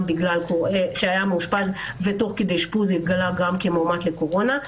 והיה מאושפז ותוך כדי אשפוז התגלה גם כמאומת לקורונה.